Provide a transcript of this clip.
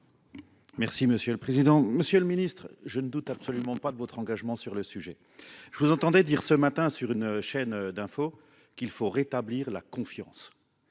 pour la réplique. Monsieur le ministre, je ne doute absolument pas de votre engagement sur le sujet. Je vous entendais dire ce matin sur une chaîne d’information qu’il fallait rétablir la confiance.